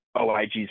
oig's